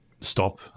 stop